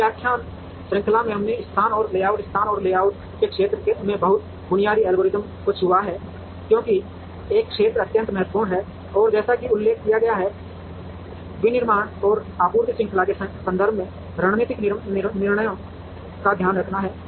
इस व्याख्यान श्रृंखला में हमने स्थान और लेआउट स्थान और लेआउट के क्षेत्र में बहुत बुनियादी एल्गोरिदम को छुआ है क्योंकि एक क्षेत्र अत्यंत महत्वपूर्ण है और जैसा कि उल्लेख किया गया है विनिर्माण और आपूर्ति श्रृंखला के संदर्भ में रणनीतिक निर्णयों का ध्यान रखता है